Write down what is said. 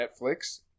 Netflix